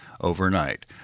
overnight